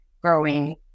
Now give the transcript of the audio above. growing